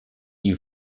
you